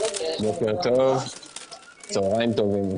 צהריים טובים.